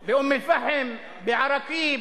באום-אל-פחם, בירכא.